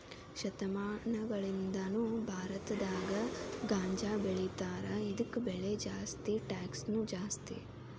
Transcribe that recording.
ಶತಮಾನಗಳಿಂದಾನು ಭಾರತದಾಗ ಗಾಂಜಾಬೆಳಿತಾರ ಇದಕ್ಕ ಬೆಲೆ ಜಾಸ್ತಿ ಟ್ಯಾಕ್ಸನು ಜಾಸ್ತಿ